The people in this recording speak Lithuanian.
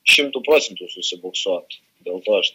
šimtu procentų susiboksuot dėl to aš